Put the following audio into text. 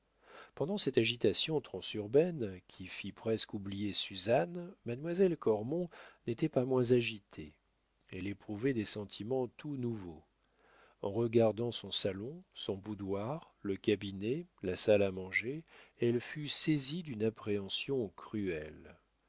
pendant cette agitation transurbaine qui fit presque oublier suzanne mademoiselle cormon n'était pas moins agitée elle éprouvait des sentiments tout nouveaux en regardant son salon son boudoir le cabinet la salle à manger elle fut saisie d'une appréhension cruelle